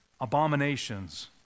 abominations